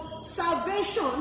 salvation